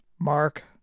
Mark